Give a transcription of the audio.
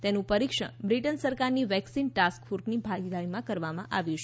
તેનું પરીક્ષણ બ્રિટન સરકારની વેક્સિન ટાસ્કફોર્સની ભાગીદારીમાં કરવામાં આવ્યું છે